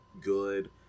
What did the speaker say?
good